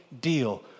deal